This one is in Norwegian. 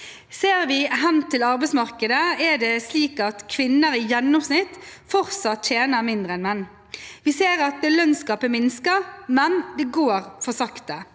Ser vi hen til arbeidsmarkedet, er det slik at kvinner i gjennomsnitt fortsatt tjener mindre enn menn. Vi ser at lønnsgapet minsker, men det går for sakte.